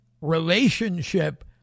relationship